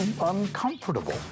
uncomfortable